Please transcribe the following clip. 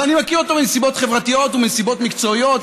ואני מכיר אותו בנסיבות חברתיות ובנסיבות מקצועיות.